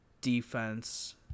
defense